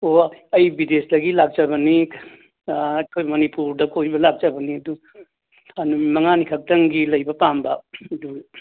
ꯑꯣ ꯑꯩ ꯕꯤꯗꯦꯁꯇꯒꯤ ꯂꯥꯛꯆꯕꯅꯤ ꯑꯥ ꯑꯩꯈꯣꯏ ꯃꯅꯤꯄꯨꯔꯗ ꯀꯣꯏꯕ ꯂꯥꯛꯆꯕꯅꯤ ꯑꯗꯨ ꯑꯥ ꯅꯨꯃꯤꯠ ꯃꯉꯥꯅꯤ ꯈꯛꯇꯪꯒꯤ ꯂꯩꯕ ꯄꯥꯝꯕ ꯑꯗꯨ